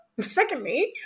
Secondly